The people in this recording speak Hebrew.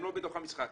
הם לא בתוך המשחק.